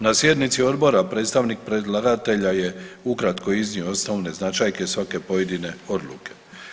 Na sjednici Odbora predstavnik predlagatelja je ukratko iznio osnovne značajke svake pojedine Odluke.